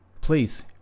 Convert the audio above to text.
please